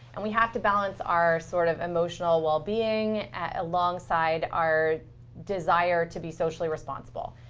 and we have to balance our sort of emotional well-being alongside our desire to be socially responsible.